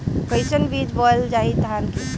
कईसन बीज बोअल जाई धान के?